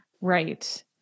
Right